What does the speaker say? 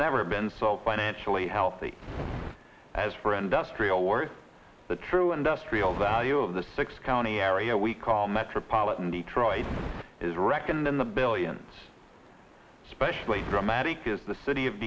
never been so financially healthy as for industrial the true and real value of the six county area we call metropolitan detroit is reckoned in the billions specially dramatic is the city of